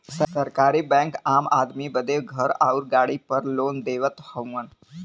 सरकारी बैंक आम आदमी बदे घर आउर गाड़ी पर लोन देवत हउवन